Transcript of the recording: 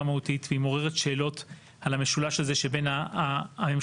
מהותית והיא מעוררת שאלות על המשולש הזה שבין הממשלה,